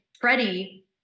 Freddie